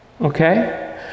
Okay